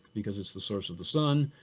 because it's the source of the sun.